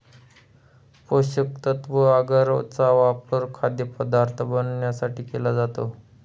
पोषकतत्व आगर चा वापर खाद्यपदार्थ बनवण्यासाठी केला जातो